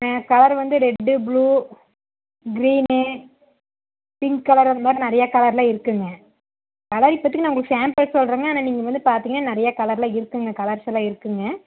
colour வந்து red blue green pink colour அது மாதிரி நிறையா கலரெலாம் இருக்குதுங்க அதனால் இப்பதைக்கு உங்களுக்கு சாம்பிள் சொல்கிறேங்க ஆனால் நீங்கள் வந்து பார்த்தீங்கன்னா நிறையா கலரெலாம் இருக்குதுங்க கலர்ஸெலாம் இருக்குதுங்க